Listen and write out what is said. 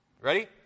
Ready